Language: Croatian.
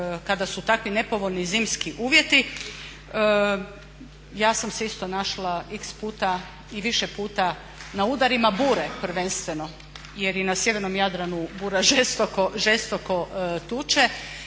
kada su takvi nepovoljni zimski uvjeti. Ja sam se isto našla x puta i više puta na udarima bure prvenstveno jer i na sjevernom Jadranu bura žestoko tuče